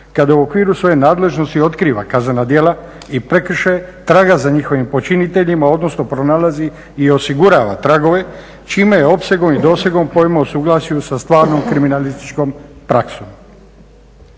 kada u okviru svoje nadležnosti otkriva kaznena djela i prekršaje, traga za njihovim počiniteljima, odnosno pronalazi i osigurava tragove čime je opsegom i dosegom pojma o suglasju sa stvarnom kriminalističkom praksom.